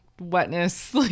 Wetness